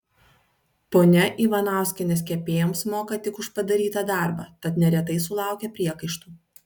ponia ivanauskienės kepėjoms moka tik už padarytą darbą tad neretai sulaukia priekaištų